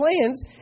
plans